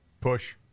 push